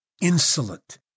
insolent